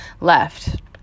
left